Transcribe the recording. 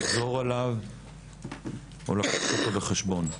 לחזור עליו או לקחת אותו בחשבון.